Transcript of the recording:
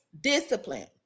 discipline